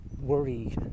worry